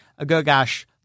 Agogash